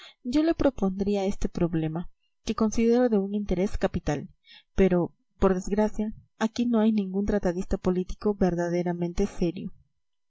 yo le propondría este problema que considero de un interés capital pero por desgracia aquí no hay ningún tratadista político verdaderamente serio